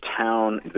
town